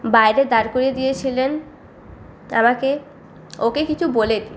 বাইরে দাঁড় করিয়ে দিয়েছিলেন আমাকে ওকে কিছু বলেনি